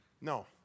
No